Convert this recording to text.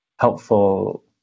helpful